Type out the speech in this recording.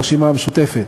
הרשימה המשותפת,